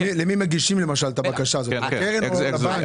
למי מגישים את הבקשה הזאת לקרן או לבנק?